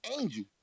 angel